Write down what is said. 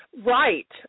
Right